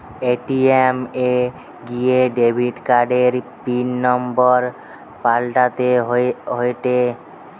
ATM এ গিয়া debit কার্ডের পিন নম্বর পাল্টাতে হয়েটে